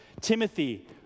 Timothy